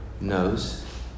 knows